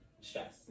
stress